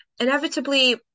inevitably